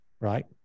right